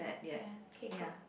ya okay go